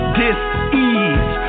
dis-ease